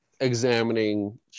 examining